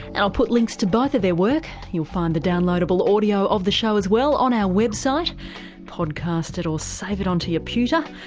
and i'll put links to both of their work. you'll find the downloadable audio of the show as well on our website podcast it, or save it onto your computer.